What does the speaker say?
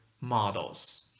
models